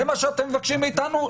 זה מה שאתם מבקשים מאיתנו?